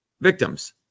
victims